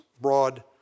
broad